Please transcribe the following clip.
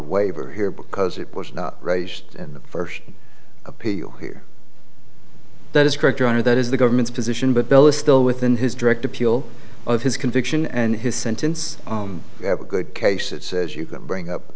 waiver here because it was not raised in the first appeal here that is correct your honor that is the government's position but bill is still within his direct appeal of his conviction and his sentence you have a good case it says you can bring up